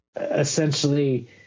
essentially